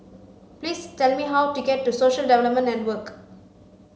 please tell me how to get to Social Development Network